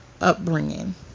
upbringing